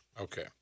Okay